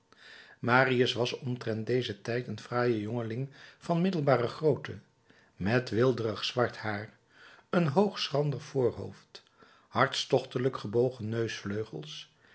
marius was omtrent dezen tijd een fraai jongeling van middelbare grootte met weelderig zwart haar een hoog schrander voorhoofd hartstochtelijk gebogen